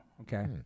Okay